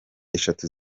eshatu